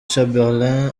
chamberlain